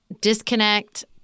disconnect